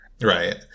Right